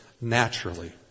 naturally